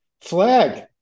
Flag